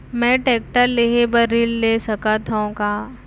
मैं टेकटर लेहे बर ऋण ले सकत हो का?